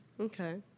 Okay